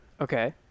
Okay